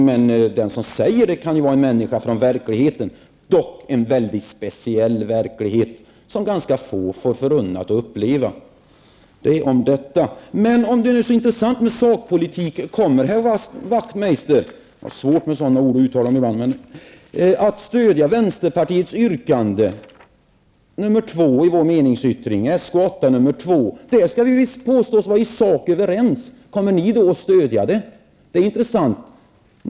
Men den som säger det kan ju vara en människa från verkligheten, dock en mycket speciell verklighet som det är ganska få förunnad att uppleva. Det om detta. Om det nu är så intressant med sakpolitik, kommer då herr Wachtmeister att stödja vänsterpartiets andra yrkande i vår meningsyttring som bygger på motion Sk8? Det påstås visst att vi i sak är överens. Kommer ni då att stödja yrkandet? Det vore intressant att få veta.